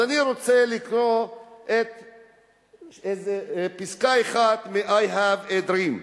אז אני רוצה לקרוא פסקה אחת מ-I Have a Dream: